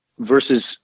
Versus